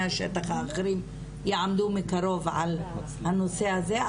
השטח האחרים יעמדו מקרוב על הנושא הזה,